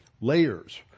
layers